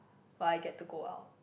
while I get to go out